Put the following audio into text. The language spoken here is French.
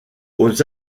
aux